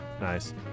Nice